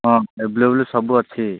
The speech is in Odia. ହଁ ଏଭେଲେବୁଲ୍ ସବୁ ଅଛି